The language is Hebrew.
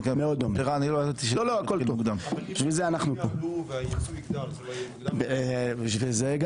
כשאנחנו מסתכלים קדימה, למעשה זה מה